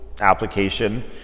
application